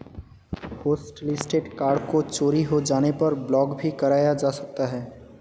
hotlisted card को चोरी हो जाने पर ब्लॉक भी कराया जा सकता है